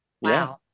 Wow